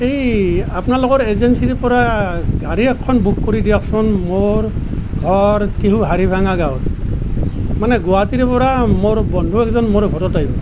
এই আপোনালোকৰ এজেঞ্চিৰ পৰা গাড়ী এখন বুক কৰি দিয়কচোন মোৰ ঘৰ টিহুৰ হৰিভাঙা গাঁৱত মানে গুৱাহাটীৰ পৰা মোৰ বন্ধু এজন মোৰ ঘৰত আহিব